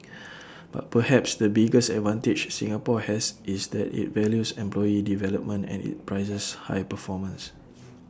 but perhaps the biggest advantage Singapore has is that IT values employee development and IT prizes high performance